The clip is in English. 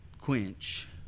quench